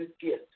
gift